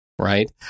right